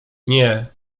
nie